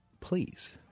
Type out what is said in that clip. please